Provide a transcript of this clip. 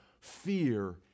fear